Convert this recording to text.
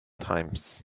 times